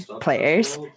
players